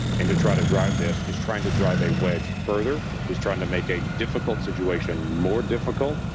and to try to drive this, is trying to drive a wedge further, is trying to make a difficult situation more difficult.